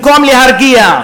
במקום להרגיע,